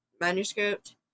manuscript